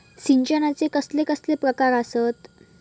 सिंचनाचे कसले कसले प्रकार आसत?